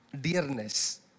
dearness